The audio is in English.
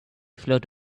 float